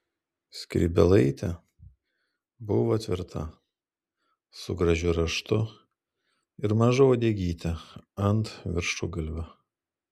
skrybėlaitė buvo tvirta su gražiu raštu ir maža uodegyte ant viršugalvio